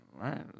right